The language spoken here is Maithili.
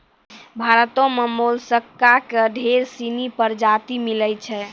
भारतो में मोलसका के ढेर सिनी परजाती मिलै छै